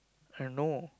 I know